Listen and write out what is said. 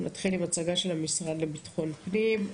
נתחיל עם הצגה של המשרד לביטחון פנים.